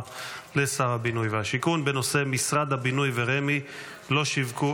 לשר הבינוי והשיכון בנושא: משרד הבינוי ורמ"י לא שיווקו